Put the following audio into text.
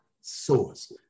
source